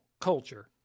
culture